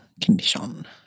condition